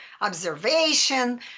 observation